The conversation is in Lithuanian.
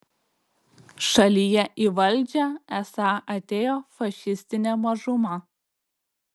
šalyje į valdžią esą atėjo fašistinė mažuma